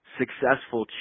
successful